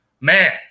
man